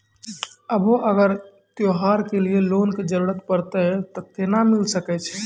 कभो अगर त्योहार के लिए लोन के जरूरत परतै तऽ केना मिल सकै छै?